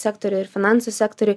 sektoriuj ir finansų sektoriuj